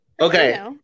Okay